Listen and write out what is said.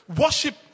Worship